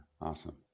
Awesome